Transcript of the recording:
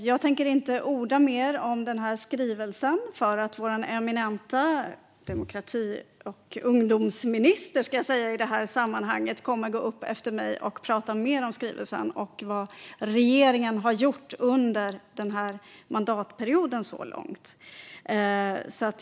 Jag tänker inte orda mer om den här skrivelsen utan är glad att talmannen kommer att säga att Amanda Lind, vår eminenta demokrati och ungdomsminister, ska få gå upp här i talarstolen efter mig och prata mer om skrivelsen och vad regeringen har gjort så här långt under mandatperioden.